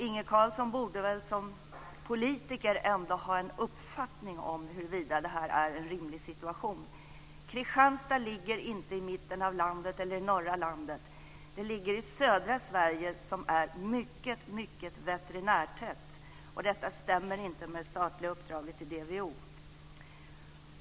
Inge Carlsson borde väl som politiker ändå ha en uppfattning om huruvida det här är en rimlig situation. Kristianstad ligger inte i mitten av landet eller i norra landet. Det ligger i södra Sverige som är mycket, mycket veterinärtätt. Detta stämmer inte med det statliga uppdraget till DVO.